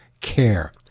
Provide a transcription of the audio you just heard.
care